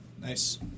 Nice